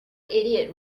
idiot